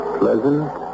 pleasant